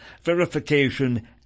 Verification